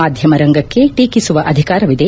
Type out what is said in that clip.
ಮಾಧ್ಯಮರಂಗಕ್ಕೆ ಟೀಕಿಸುವ ಅಧಿಕಾರವಿದೆ